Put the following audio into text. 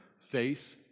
faith